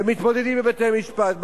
ומתמודדים בבתי-משפט.